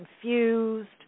confused